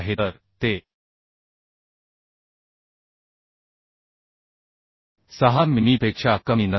तर ते 6 मिमीपेक्षा कमी नसावे